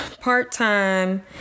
part-time